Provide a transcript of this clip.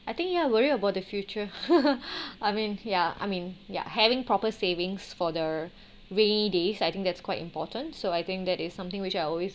I think you are worried about the future I mean ya I mean ya having proper savings for the rainy days I think that's quite important so I think that is something which I always